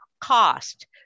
cost